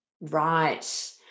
Right